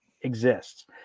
exists